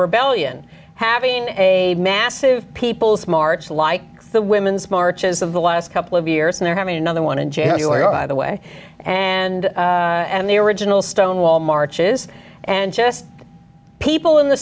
rebellion having a massive people's march like the women's marches of the last couple of years and they're having another one in january by the way and and the original stonewall marches and just people in the